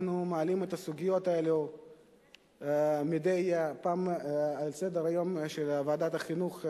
אנחנו מעלים את הסוגיות האלו מדי פעם על סדר-היום של ועדת החינוך,